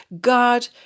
God